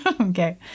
Okay